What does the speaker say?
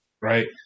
right